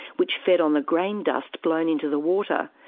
which fed on the grain dust blown into the water,